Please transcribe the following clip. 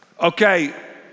Okay